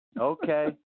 Okay